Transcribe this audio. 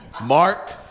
Mark